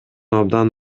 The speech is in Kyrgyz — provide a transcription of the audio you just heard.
абдан